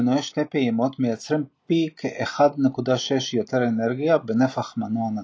מנועי שתי פעימות מייצרים פי כ-1.6 יותר אנרגיה בנפח מנוע נתון.